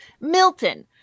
Milton